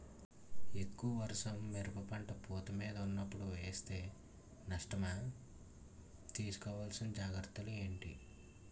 ఎక్కువ వర్షం మిరప పంట పూత మీద వున్నపుడు వేస్తే నష్టమా? తీస్కో వలసిన జాగ్రత్తలు ఏంటి?